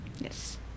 Yes